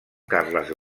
carles